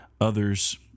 others